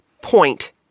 point